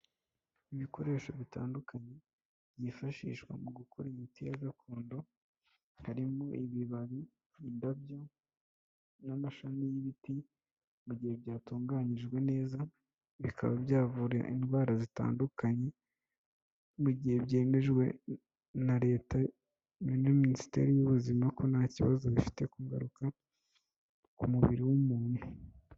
Ibikoresho bitandukanye byifashishwa mu gukora imiti ya gakondo harimo ibibabi, indabyo n'amashami y'ibiti, mu gihe byatunganyijwe neza bikaba byavura indwara zitandukanye mu gihe byemejwe na leta muri minisiteri y'ubuzima ko nta kibazo bifite ku ngaruka ku mubiri w'umuntu.